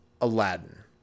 Aladdin